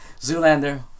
Zoolander